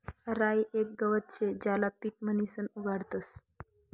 राई येक गवत शे ज्याले पीक म्हणीसन उगाडतस